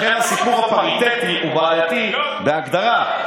לכן סיפור הפריטטי הוא בעייתי בהגדרה.